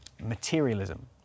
materialism